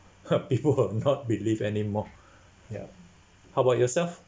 heard people who have not believe anymore ya how about yourself